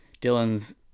Dylan's